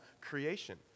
creation